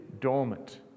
dormant